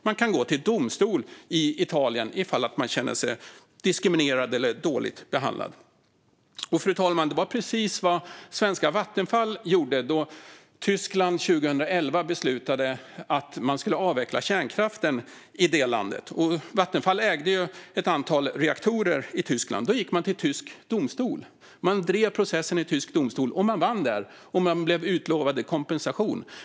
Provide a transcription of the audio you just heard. Man kan gå till domstol i Italien om man känner sig diskriminerad eller dåligt behandlad. Fru talman! Det var precis så svenska Vattenfall gjorde då Tyskland 2011 beslutade att man skulle avveckla kärnkraften i det landet. Vattenfall ägde ju ett antal reaktorer i Tyskland och gick till tysk domstol. Man drev processen i tysk domstol, vann och blev utlovad kompensation.